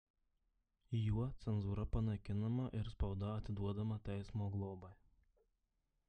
juo cenzūra panaikinama ir spauda atiduodama teismo globai